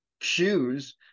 shoes